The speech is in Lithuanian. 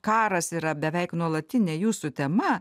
karas yra beveik nuolatinė jūsų tema